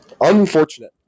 Unfortunate